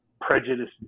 prejudice